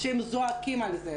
שהם זועקים על זה,